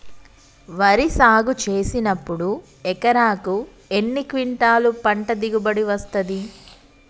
వరి సాగు చేసినప్పుడు ఎకరాకు ఎన్ని క్వింటాలు పంట దిగుబడి వస్తది?